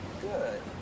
Good